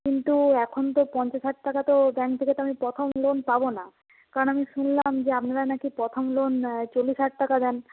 কিন্তু এখন তো পঞ্চাশ হাজার টাকা তো ব্যাংক থেকে তো আমি প্রথম লোন পাবো না কারণ শুনলাম যে আপনারা না কি প্রথম লোন চল্লিশ হাজার টাকা দেন